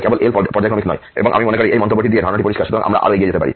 সুতরাং আমি মনে করি এই মন্তব্যটি দিয়ে ধারণাটি পরিষ্কার